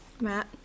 Matt